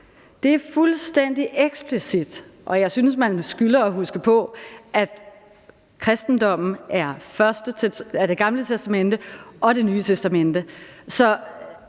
Det er fuldstændig eksplicit, og jeg synes, man skylder at huske på, at kristendommen både er Det Gamle Testamente og Det Nye Testamente.